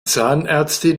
zahnärztin